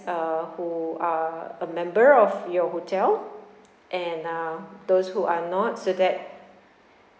uh who are a member of your hotel and uh those who are not so that